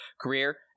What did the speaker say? career